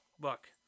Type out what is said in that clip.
Look